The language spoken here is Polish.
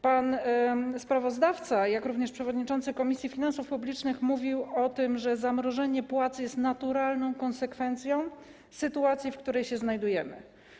Pan sprawozdawca, który jest również przewodniczącym Komisji Finansów Publicznych, mówił o tym, że zamrożenie płac jest naturalną konsekwencją sytuacji, w której się znajdujemy.